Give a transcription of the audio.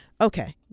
Okay